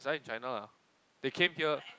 study in China lah they came here